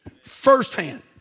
firsthand